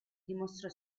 dimostrò